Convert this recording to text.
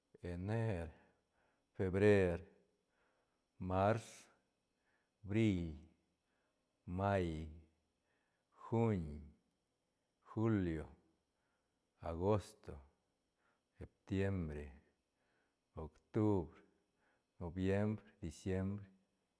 Ener febrer mars bril may juin julio agosto septiembre octubr noviembr diciembre.